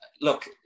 Look